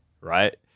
right